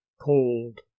cold